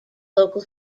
local